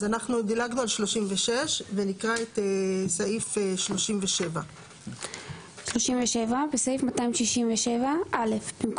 אז אנחנו דילגנו על 36 ונקרא את סעיף 37. (37) בסעיף 267 - במקום